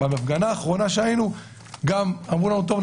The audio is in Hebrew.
בהפגנה האחרונה שהיינו אמרו לנו חבר'ה,